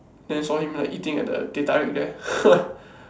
then I saw him like eating at the teh-tarik there